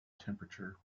temperature